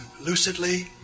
lucidly